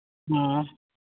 ᱚᱻ